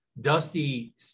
Dusty